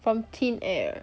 from thin air